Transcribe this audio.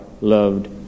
loved